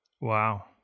wow